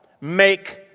make